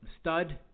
stud